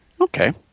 Okay